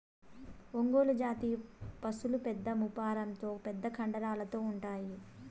ఒంగోలు జాతి పసులు పెద్ద మూపురంతో పెద్ద కండరాలతో ఉంటాయి